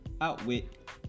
outwit